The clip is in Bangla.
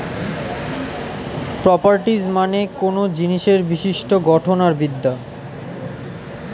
প্রপার্টিজ মানে কোনো জিনিসের বিশিষ্ট গঠন আর বিদ্যা